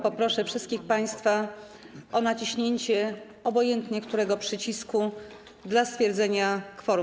Poproszę wszystkich państwa o naciśnięcie obojętnie którego przycisku dla stwierdzenia kworum.